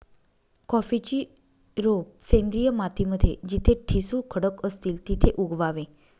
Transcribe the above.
कॉफीची रोप सेंद्रिय माती मध्ये जिथे ठिसूळ खडक असतील तिथे उगवावे